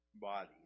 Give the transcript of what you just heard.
body